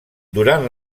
durant